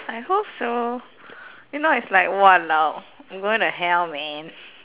I hope so if not it's like !walao! I'm going to hell man